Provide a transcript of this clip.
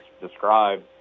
described